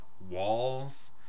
walls